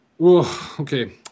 Okay